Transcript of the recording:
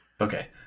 Okay